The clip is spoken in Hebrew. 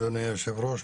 אדוני היושב-ראש,